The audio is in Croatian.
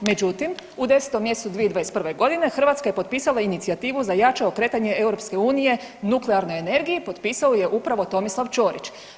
Međutim, u 10. mjesecu 2021.g. Hrvatska je potpisala inicijativu za jače okretanje EU nuklearnoj energiji potpisao ju je upravo Tomislav Ćorić.